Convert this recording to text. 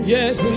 Yes